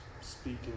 speaking